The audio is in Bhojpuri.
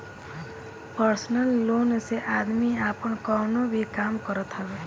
पर्सनल लोन से आदमी आपन कवनो भी काम करत हवे